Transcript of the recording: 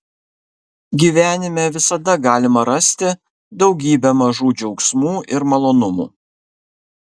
gyvenime visada galima rasti daugybę mažų džiaugsmų ir malonumų